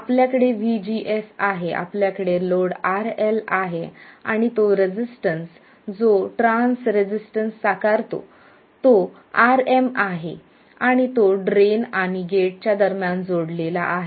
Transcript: आपल्याकडे vgs आहे आपल्याकडे लोड RL आहे आणि तो रेसिस्टन्स जो ट्रान्स रेसिस्टन्स साकारतो तो Rm आहे आणि तो ड्रेन आणि गेटच्या दरम्यान जोडलेला आहे